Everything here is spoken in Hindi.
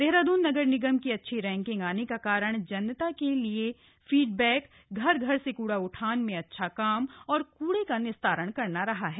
देहराद्न नगर निगम की अच्छी रैंकिंग आने का कारण जनता से लिया फीडबैक घर घर से कुड़ा उठान में अच्छा काम और कुड़े का निस्तारण करना रहा है